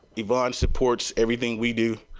yvonne sports everything we do.